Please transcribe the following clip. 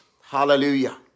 Hallelujah